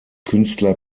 künstler